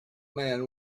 man